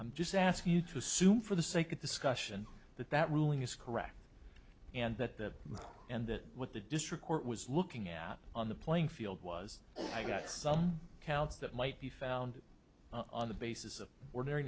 i'm just asking you to assume for the sake of discussion that that ruling is correct and that and that what the district court was looking at on the playing field was i got some counts that might be found on the basis of ordinary